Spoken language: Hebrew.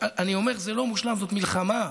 אני אומר, זה לא מושלם, זו מלחמה.